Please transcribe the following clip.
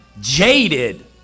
jaded